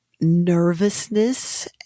nervousness